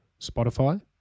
Spotify